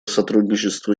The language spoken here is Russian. сотрудничество